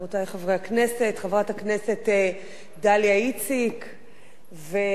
חברת הכנסת דליה איציק וחבר הכנסת חיים כץ,